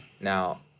Now